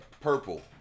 purple